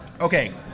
Okay